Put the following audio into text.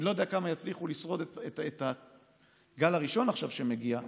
ואני לא יודע כמה יצליחו לשרוד את הגל הראשון שמגיע עכשיו,